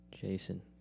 Jason